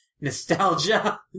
nostalgia